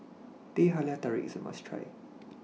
Teh Halia Tarik IS A must Try